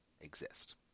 exist